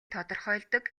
тодорхойлдог